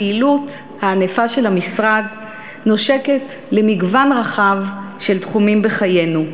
הפעילות הענפה של המשרד נושקת למגוון רחב של תחומים בחיינו,